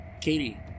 Katie